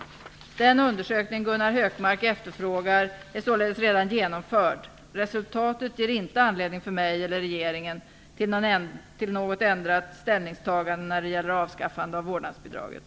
Den undersökning Gunnar Hökmark efterfrågar är således redan genomförd. Resultatet ger inte anledning för mig eller regeringen till något ändrat ställningstagande när det gäller avskaffande av vårdnadsbidraget.